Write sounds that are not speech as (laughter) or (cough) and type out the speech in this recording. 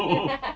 (laughs)